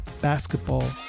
basketball